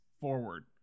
forward